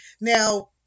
Now